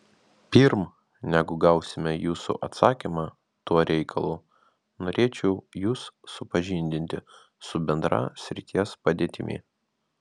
pirm negu gausime jūsų atsakymą tuo reikalu norėčiau jus supažindinti su bendra srities padėtimi